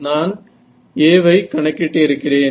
நான் A வை கணக்கிட்டு இருக்கிறேன்